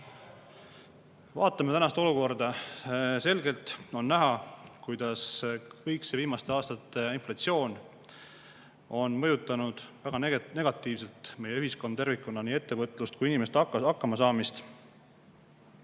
vastu. Vaatame tänast olukorda. Selgelt on näha, kuidas viimaste aastate inflatsioon on mõjutanud väga negatiivselt meie ühiskonda tervikuna, nii ettevõtlust kui ka inimeste hakkamasaamist.